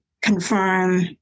confirm